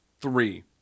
Three